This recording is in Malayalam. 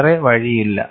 വേറെ വഴിയില്ല